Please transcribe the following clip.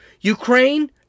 Ukraine